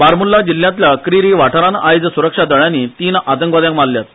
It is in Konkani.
बारमुल्ला जिह्यातल्या क्रिरी वाठारात आयज सुरक्षा दळांनी तीन आतंकवादयांक मारल्यात